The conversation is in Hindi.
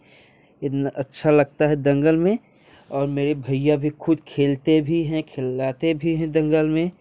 इतना अच्छा लगता है दंगल में और मेरे भैया भी खुद खेलते भी हैं खिलाते भी है दंगल में